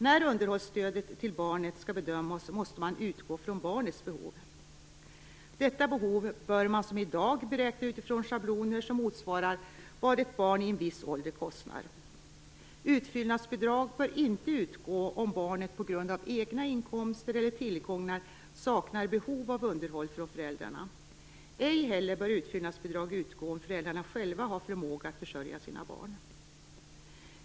När underhållsstödet till barnet skall bedömas måste man utgå från barnets behov. Detta behov bör man som i dag beräkna utifrån schabloner som motsvarar vad ett barn i en viss ålder kostar. Utfyllnadsbidrag bör inte utgå om barnet på grund av egna inkomster eller tillgångar saknar behov av underhåll från föräldrarna. Ej heller bör utfyllnadsbidrag utgå om föräldrarna själva har förmåga att försörja sina barn.